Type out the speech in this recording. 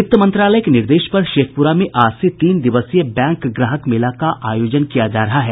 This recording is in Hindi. वित्त मंत्रालय के निर्देश पर शेखपुरा में आज से तीन दिवसीय बैंक ग्राहक मेला का आयोजन किया जा रहा है